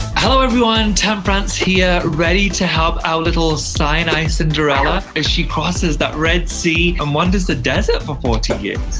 hello everyone, tan france here ready to help our little sinai cinderella as she crosses that red sea and wanders the desert for forty years.